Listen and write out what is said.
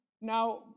now